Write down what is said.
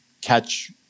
catch